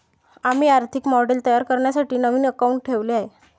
आम्ही आर्थिक मॉडेल तयार करण्यासाठी नवीन अकाउंटंट ठेवले आहे